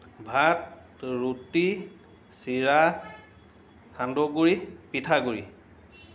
ভাত ৰুটি চিৰা সান্দহ গুড়ি পিঠাগুড়ি